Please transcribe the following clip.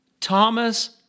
Thomas